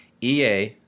ea